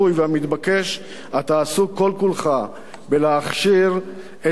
אתה עסוק כל כולך בלהכשיר את שלא ניתן להכשיר,